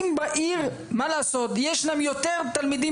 אם בעיר מה לעשות יש להם יותר תלמידים